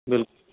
بِلکُل